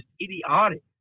idiotic